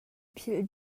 philh